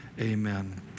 Amen